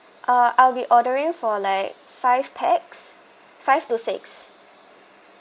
uh I'll be ordering for like five pax five to six